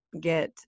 get